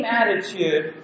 attitude